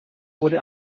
wurde